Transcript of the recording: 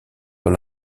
dans